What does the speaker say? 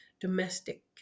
domestic